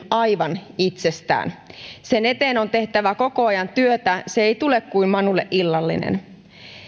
aivan itsestään sen eteen on tehtävä koko ajan työtä se ei tule kuin manulle illallinen